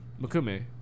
Makume